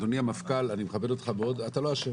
אדוני המפכ"ל, אני מכבד אותך מאוד, אתה לא אשם.